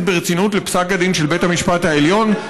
ברצינות לפסק הדין של בית המשפט העליון?